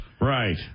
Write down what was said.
right